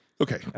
okay